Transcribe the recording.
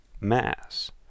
mass